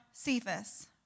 Cephas